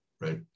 Right